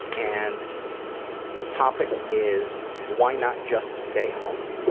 and the topic is why not just stay home?